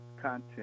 content